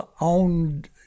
owned